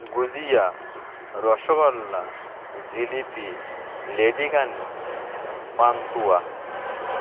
গুজিয়া রসগোল্লা জিলিপি লেডিকানি পান্তুয়া